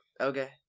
okay